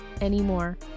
anymore